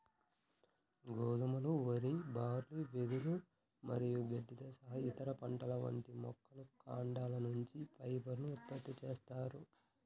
గోధుమలు, వరి, బార్లీ, వెదురు మరియు గడ్డితో సహా ఇతర పంటల వంటి మొక్కల కాండాల నుంచి ఫైబర్ ను ఉత్పత్తి చేస్తారు